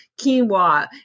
quinoa